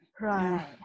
Right